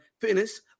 fitness